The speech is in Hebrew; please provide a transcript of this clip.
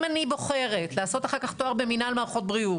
אם אני בוחרת לעשות אחר כך תואר במנהל מערכות בריאות,